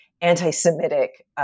anti-Semitic